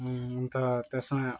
अन्त त्यसमा